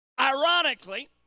Ironically